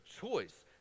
choice